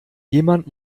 jemand